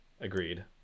agreed